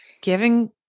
giving